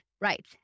Right